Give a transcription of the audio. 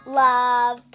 love